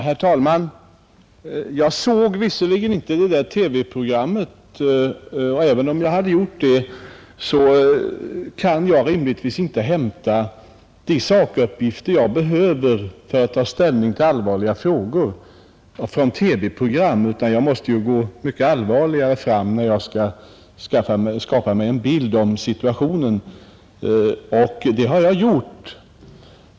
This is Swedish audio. Herr talman! Jag såg visserligen inte det TV-program som herr Hedin talade om, men även om jag hade gjort det kan jag rimligtvis inte hämta de sakuppgifter jag behöver för att ta ställning till allvarliga frågor från ett TV-program. Jag måste gå andra och mera pålitliga vägar för att skapa mig en bild av situationen. Det har jag också gjort i detta fall.